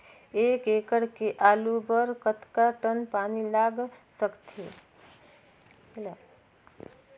एक एकड़ के आलू बर कतका टन पानी लाग सकथे?